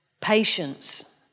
Patience